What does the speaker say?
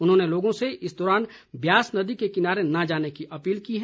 उन्होंने लोगों से इस दौरान ब्यास नदी के किनारे न जाने की अपील की है